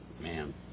man